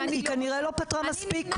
היא כנראה לא פתרה מספיק.